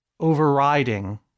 overriding